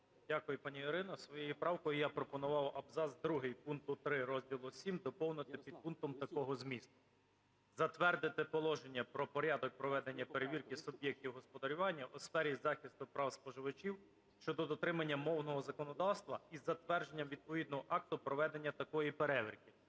Дякую, пані Ірино. Своєю правкою я пропонував абзац другий пункту 3 розділу VІІ доповнити підпунктом такого змісту: "затвердити Положення про порядок проведення перевірки суб’єктів господарювання у сфері захисту прав споживачів щодо дотримання мовного законодавства (із затвердженням відповідного акту проведення такої перевірки)».